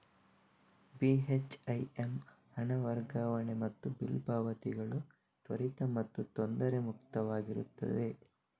ಬಿ.ಹೆಚ್.ಐ.ಎಮ್ ಹಣ ವರ್ಗಾವಣೆ ಮತ್ತು ಬಿಲ್ ಪಾವತಿಗಳು ತ್ವರಿತ ಮತ್ತು ತೊಂದರೆ ಮುಕ್ತವಾಗಿರುತ್ತವೆ